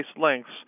lengths